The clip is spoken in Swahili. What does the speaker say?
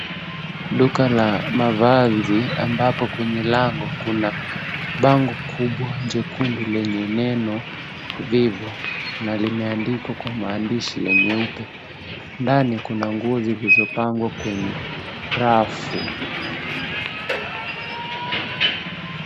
Duka la mavazi ambapo kwenye lango kuna bango kubwa jekundu lenye neno Vivo na limeandikwa kwa maandishi ya nyeupe. Ndani kuna ngozi zilizopangwa kwenye rafu.